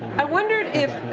i wondered if